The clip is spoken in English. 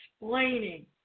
explaining